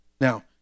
Now